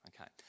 okay